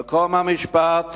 "מקום המשפט